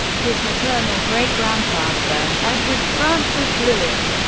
his maternal great-grandfather, edward francis blewitt,